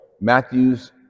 Matthew's